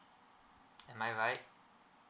am I right